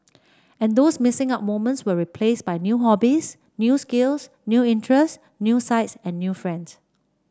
and those missing out moments were replaced by new hobbies new skills new interests new sights and new friends